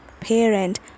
parent